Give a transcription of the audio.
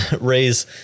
raise